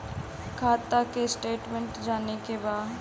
खाता के स्टेटमेंट जाने के बा?